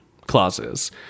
clauses